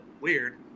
weird